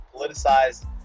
politicized